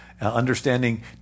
understanding